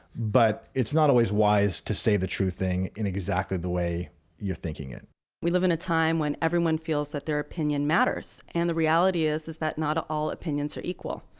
but it's not always wise to say the true thing in exactly the way you're thinking it we live in a time when everyone feels that their opinion matters and the reality is is that not all opinions are equal.